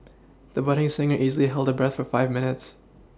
the budding singer easily held her breath for five minutes